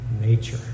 nature